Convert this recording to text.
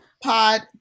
Pod